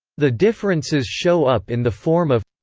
the differences show up in the form of